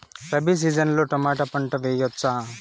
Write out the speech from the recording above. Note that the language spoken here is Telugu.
రబి సీజన్ లో టమోటా పంట వేయవచ్చా?